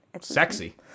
Sexy